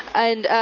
and um,